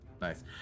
nice